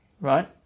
right